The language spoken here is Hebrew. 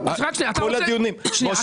כל הדיונים, כמו שנאמר פה.